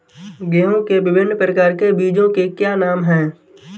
गेहूँ के विभिन्न प्रकार के बीजों के क्या नाम हैं?